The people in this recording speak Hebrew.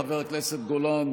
חבר הכנסת גולן,